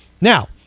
Now